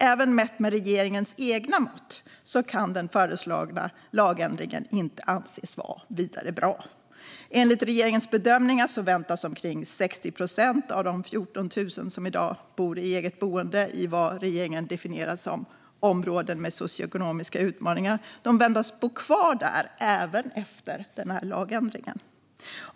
Även mätt med regeringens egna mått kan den föreslagna lagändringen inte anses vara vidare bra. Enligt regeringens bedömningar väntas omkring 60 procent av de 14 000 som i dag bor i eget boende i vad regeringen definierar som områden med socioekonomiska utmaningar bo kvar där även efter lagändringen.